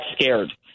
scared